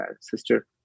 sister